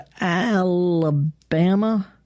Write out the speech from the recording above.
Alabama